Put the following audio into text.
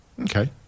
Okay